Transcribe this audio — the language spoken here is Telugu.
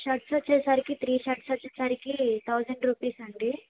షర్ట్స్ వచ్చేసరికి త్రీ షర్ట్స్ వచ్చేసరికి థౌజండ్ రూపీస్ అండి